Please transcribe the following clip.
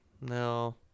no